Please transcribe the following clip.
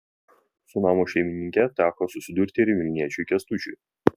su namo šeimininke teko susidurti ir vilniečiui kęstučiui